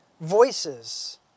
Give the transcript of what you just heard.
voices